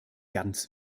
ganz